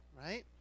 Right